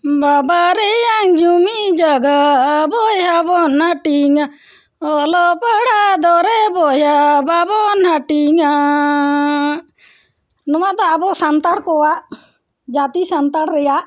ᱵᱟᱵᱟᱨᱮᱭᱟᱝ ᱡᱩᱢᱤ ᱡᱟᱭᱜᱟ ᱵᱚᱭᱦᱟ ᱵᱚᱱ ᱦᱟᱹᱴᱤᱧᱟ ᱚᱞᱚᱜ ᱯᱟᱲᱦᱟ ᱫᱚᱨᱮ ᱵᱚᱭᱦᱟ ᱵᱟᱵᱚᱱ ᱦᱟᱹᱴᱤᱧᱟᱻ ᱱᱚᱣᱟ ᱫᱚ ᱟᱵᱚ ᱥᱟᱱᱛᱟᱲ ᱠᱚᱣᱟᱜ ᱡᱟᱹᱛᱤ ᱥᱟᱱᱛᱟᱲ ᱨᱮᱭᱟᱜ